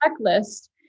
checklist